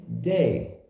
day